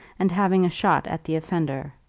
and having a shot at the offender.